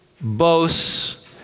boasts